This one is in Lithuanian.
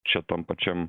čia tam pačiam